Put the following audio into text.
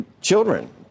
Children